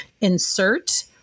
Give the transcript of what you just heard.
insert